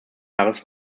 jahres